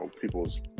people's